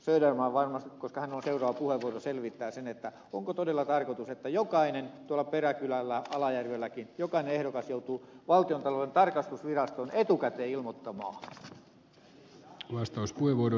söderman varmasti koska hänellä on seuraava puheenvuoro selvittää sen onko todella tarkoitus että tuolla peräkylällä alajärvelläkin jokainen ehdokas joutuu valtiontalouden tarkastusvirastoon etukäteen ilmoittamaan